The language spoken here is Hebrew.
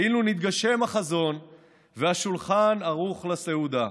כאילו נתגשם החזון והשולחן ערוך לסעודה.